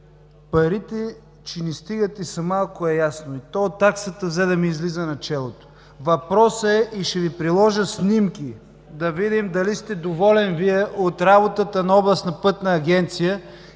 Парите, че не стигат и са малко, е ясно. И ТОЛ таксата взе да ми излиза на челото. Въпросът е – ще Ви приложа снимки, да видим дали сте доволен от работата на Областна пътна агенция